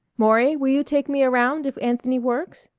maury, will you take me around if anthony works?